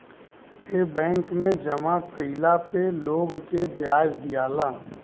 ए bank मे जामा कइला पे लोग के ब्याज दियाला